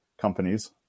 companies